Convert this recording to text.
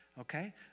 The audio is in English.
Okay